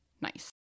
nice